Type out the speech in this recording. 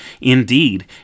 Indeed